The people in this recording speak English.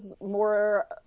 more